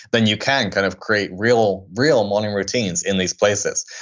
then you can kind of create real real morning routines in these places.